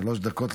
התשפ"ד 2024,